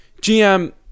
GM